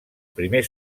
primer